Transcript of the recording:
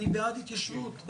אני בעד התיישבות.